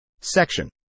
Section